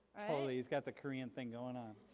he's got the korean thing going on.